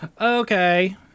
Okay